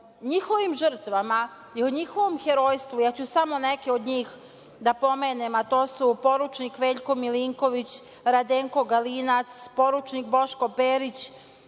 njihovim žrtvama i o njihovom herojstvu, ja ću samo neke od njih da pomenem a to su poručnik Veljko Milinković, Radenko Galinac, poručnik Boško Perić,